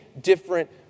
different